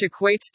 equates